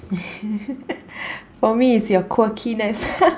for me is your quirkiness